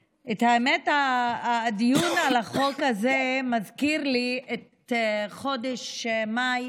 האמת, הדיון על החוק הזה מזכיר לי את חודש מאי